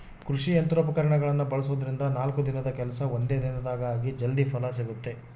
ಕೃಷಿ ಯಂತ್ರೋಪಕರಣಗಳನ್ನ ಬಳಸೋದ್ರಿಂದ ನಾಲ್ಕು ದಿನದ ಕೆಲ್ಸ ಒಂದೇ ದಿನದಾಗ ಆಗಿ ಜಲ್ದಿ ಫಲ ಸಿಗುತ್ತೆ